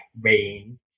rain